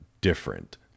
different